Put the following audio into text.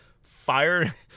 fire